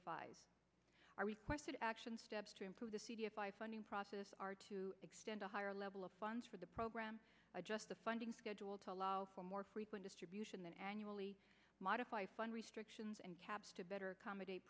with our requested action steps to improve the funding process are to extend a higher level of funds for the program adjust the funding schedule to allow for more frequent distribution than annually modify fund restrictions and to better accommodate